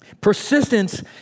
Persistence